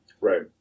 Right